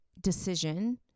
decision